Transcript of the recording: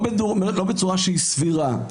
לא בצורה שהיא סבירה,